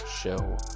show